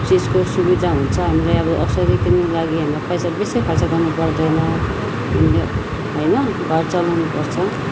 चिजको सुविधा हुन्छ हामीलाई अब औषधी किन्नको लागि हामीलाई पैसा बेसी खर्च गर्नु पर्दैन होइन घर चलाउनु पर्छ